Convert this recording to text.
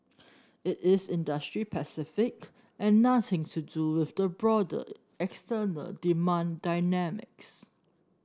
it is industry specific and nothing to do with the broader external demand dynamics